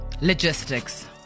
Logistics